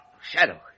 Shadow